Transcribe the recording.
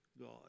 God